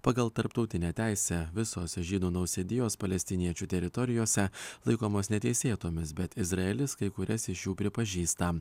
pagal tarptautinę teisę visose žydų nausėdijos palestiniečių teritorijose laikomos neteisėtomis bet izraelis kai kurias iš jų pripažįsta